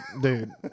dude